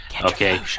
okay